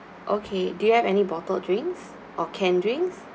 okay do you have any bottle drinks or canned drinks